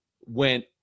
went